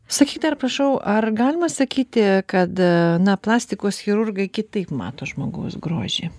sakykite prašau ar galima sakyti kad na plastikos chirurgai kitaip mato žmogaus grožį